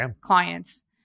clients